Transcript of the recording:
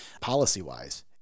policy-wise